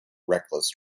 reckless